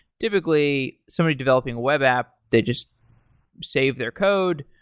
typically, somebody developing a web app, they just save their code,